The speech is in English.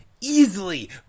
easily